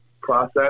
process